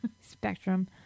Spectrum